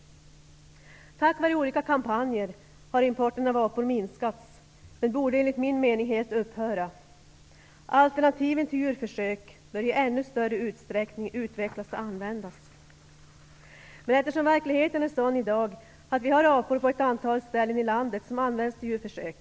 Tack vare olika kampanjer har importen av apor minskats, men den borde enligt min mening helt upphöra. Alternativen till djurförsök bör i ännu större utsträckning utvecklas och användas. Verkligheten är dock i dag den att vi på ett antal ställen i landet har apor som används till djurförsök.